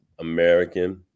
American